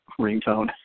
ringtone